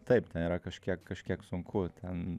taip yra kažkiek kažkiek sunku ten